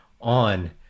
on